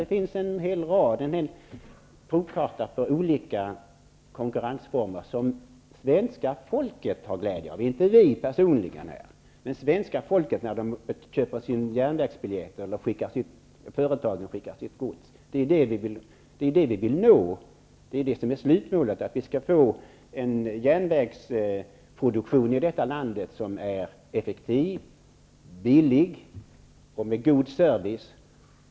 Det finns en hel provkarta på olika konkurrensformer som svenska folket har glädje av -- inte vi här personligen, utan hela svenska folket -- när man köper sin järnvägsbiljett eller när företag skickar sitt gods. Det är det som är slutmålet: att vi i vårt land skall få en järnvägsproduktion som är effektiv och billig och som ger god service.